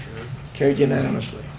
carried unanimously.